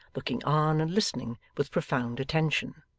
looking on and listening with profound attention.